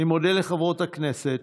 אני מודה לחברות הכנסת